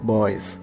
Boys